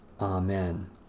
Amen